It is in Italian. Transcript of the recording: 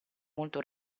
molto